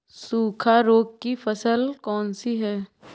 सूखा रोग की फसल कौन सी है?